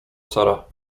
sara